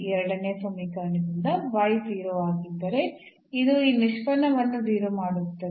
ಎರಡನೇ ಸಮೀಕರಣದಿಂದ y 0 ಆಗಿದ್ದರೆ ಇದು ಈ ನಿಷ್ಪನ್ನವನ್ನು0 ಮಾಡುತ್ತದೆ